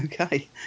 Okay